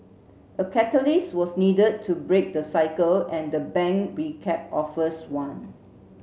a catalyst was needed to break the cycle and the bank recap offers one